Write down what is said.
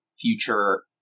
future